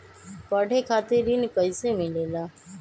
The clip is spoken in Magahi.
पढे खातीर ऋण कईसे मिले ला?